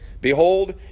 Behold